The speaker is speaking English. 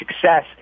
success